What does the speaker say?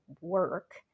work